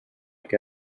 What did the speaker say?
que